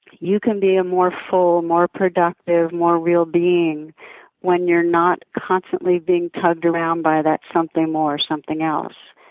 you can be a more full, more productive, more real being when you're not constantly being tugged around by that something more, something else.